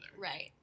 Right